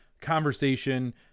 conversation